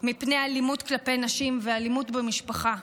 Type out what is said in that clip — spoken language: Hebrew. מפני אלימות כלפי נשים ואלימות במשפחה.